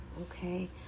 okay